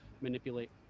manipulate